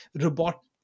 robot